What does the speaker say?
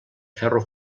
ferro